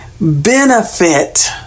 benefit